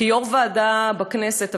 כיו"ר ועדה בכנסת,